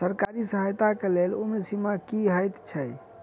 सरकारी सहायता केँ लेल उम्र सीमा की हएत छई?